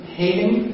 hating